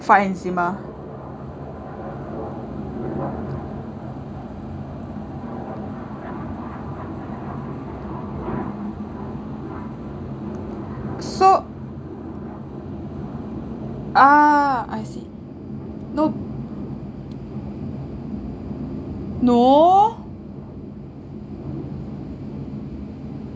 for eczema so ah I see nope no